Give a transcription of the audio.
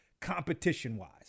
competition-wise